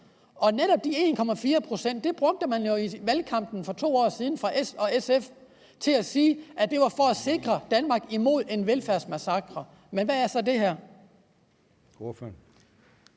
og fra S og SF's side sagde man i valgkampen for 2 år siden, at netop de 1,4 pct. var for at sikre Danmark imod en velfærdsmassakre. Men hvad er så det her?